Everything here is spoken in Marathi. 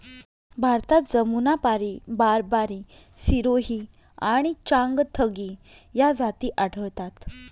भारतात जमुनापारी, बारबारी, सिरोही आणि चांगथगी या जाती आढळतात